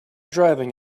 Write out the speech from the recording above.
driving